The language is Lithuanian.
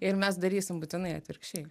ir mes darysim būtinai atvirkščiai